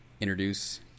introduce